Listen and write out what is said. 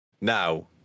now